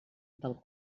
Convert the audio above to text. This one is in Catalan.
del